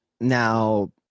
Now